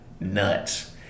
Nuts